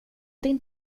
din